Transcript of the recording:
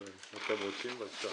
אבל בבקשה.